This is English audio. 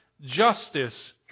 justice